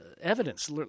evidence